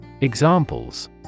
Examples